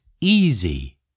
easy